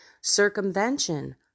Circumvention